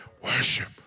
Worship